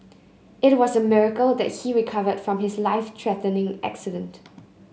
it was a miracle that he recovered from his life threatening accident